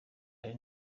hari